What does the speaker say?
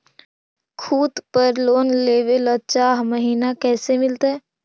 खूत पर लोन लेबे ल चाह महिना कैसे मिलतै?